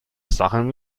sachen